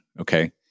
okay